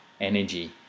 energy